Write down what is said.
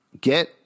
Get